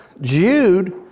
Jude